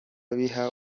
biha